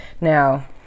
now